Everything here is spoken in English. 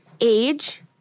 age